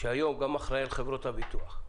שהיום גם אחראי על חברות הביטוח,